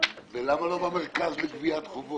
--- ולמה לא במרכז לגביית קנסות?